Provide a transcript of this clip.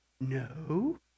No